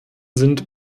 sind